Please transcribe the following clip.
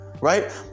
right